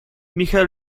michel